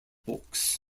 books